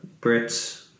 Brits